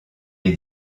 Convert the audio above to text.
est